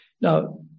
Now